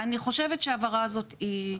אני חושבת שההבהרה הזאת היא חיונית.